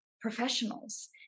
professionals